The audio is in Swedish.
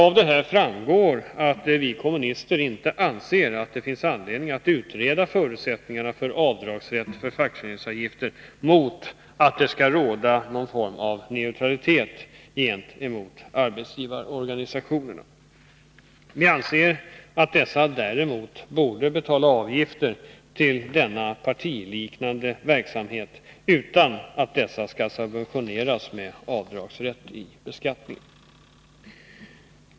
Av detta framgår att vi kommunister inte anser att det finns anledning att utreda förutsättningarna för rätt till avdrag för fackföreningsavgifter i syfte att uppnå någon form av neutralitet i avdragssystemet mellan fackföreningarna och arbetsgivarorganisationerna. Vi anser däremot att arbetsgivarna borde betala avgifter till de partiliknande arbetsgivarorganisationernas verksamhet i stället för att de subventioneras genom avdragsrätt vid beskattningen.